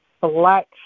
black